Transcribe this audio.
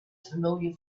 familiar